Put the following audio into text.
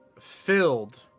filled